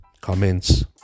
comments